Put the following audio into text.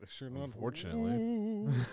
Unfortunately